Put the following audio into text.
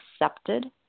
accepted